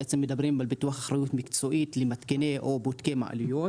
בעצם מדברים על ביטוח אחריות מקצועית למתקיני או בודקי מעליות,